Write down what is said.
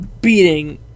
beating